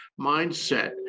mindset